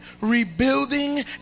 rebuilding